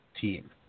team